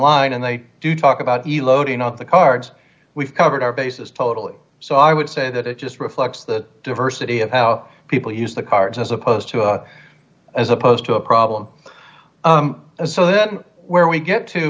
line and they do talk about the loading of the cards we've covered our bases totally so i would say that it just reflects the diversity of how people use the cards as opposed to a as opposed to a problem so then where we get to